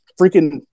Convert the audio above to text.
freaking